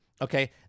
okay